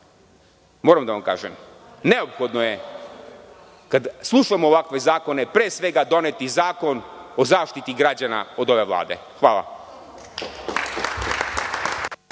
moram da vam kažem, neophodno je, kad slušamo ovakve zakone, pre svega doneti zakon o zaštiti građana od ove Vlade. Hvala.